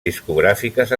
discogràfiques